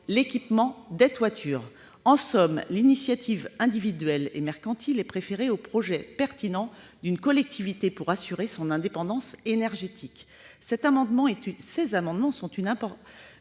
l'équipement des toitures. En somme, l'initiative individuelle et mercantile est préférée au projet pertinent d'une collectivité pour assurer son indépendance énergétique. Ces amendements identiques représentent